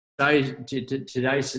Today